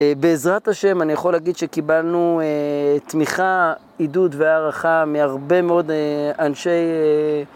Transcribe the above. בעזרת השם אני יכול להגיד שקיבלנו תמיכה, עידוד והערכה מהרבה מאוד אנשי